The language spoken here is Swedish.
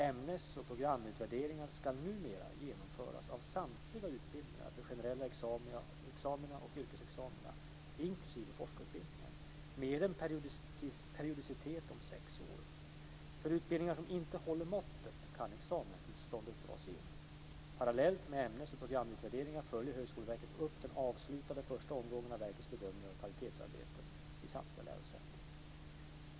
Ämnes och programutvärderingar ska numera genomföras av samtliga utbildningar för generella examina och yrkesexamina, inklusive forskarutbildningen, med en periodicitet om sex år. För utbildningar som inte håller måttet kan examenstillståndet dras in. Parallellt med ämnes och programutvärderingarna följer Högskoleverket upp den avslutade första omgången av verkets bedömningar av kvalitetsarbetet vid samtliga lärosäten.